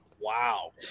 Wow